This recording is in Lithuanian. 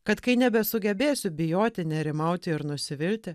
kad kai nebesugebėsiu bijoti nerimauti ir nusivilti